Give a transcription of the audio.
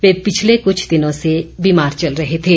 वे पिछले कुछ दिनों से बीमार चल रहे थे